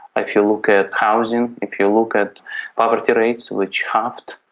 ah if you look at housing, if you look at poverty rates, which halved,